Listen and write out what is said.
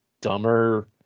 dumber